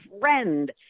friend